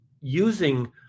using